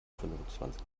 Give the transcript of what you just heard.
fünfundzwanzig